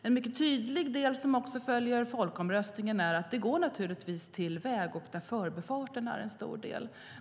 En tydlig del, som också följer resultatet av folkomröstningen, är att pengarna går till väg - och förbifarten är en stor del.